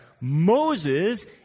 Moses